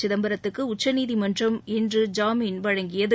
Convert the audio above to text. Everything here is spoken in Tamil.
சிதம்பரத்துக்கு உச்சநீதிமன்றம் இன்று ஜாமீன் வழங்கியது